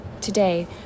today